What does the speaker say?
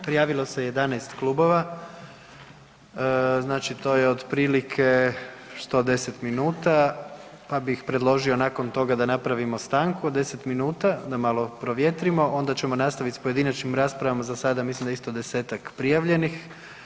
Prijavilo se 11 klubova znači to je otprilike 110 minuta pa bih predložio nakon toga da napravimo stanku od deset minuta da malo provjetrimo onda ćemo nastaviti s pojedinačnim raspravama, za sada mislim da je isto desetak prijavljenih.